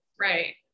Right